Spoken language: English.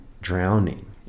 drowning